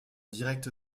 direct